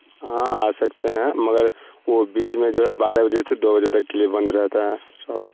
ہاں آ سکتے ہیں مگر وہ بیچ میں جو ہے بارہ بجے سے دو بجے تک کے لیے بند رہتا ہے شاپ